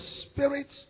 spirit